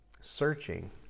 searching